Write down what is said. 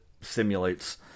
simulates